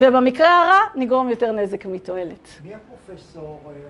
ובמקרה הרע נגרום יותר נזק מתועלת.